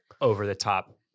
over-the-top